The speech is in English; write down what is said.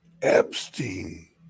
Epstein